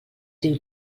diu